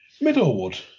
Middlewood